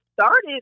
started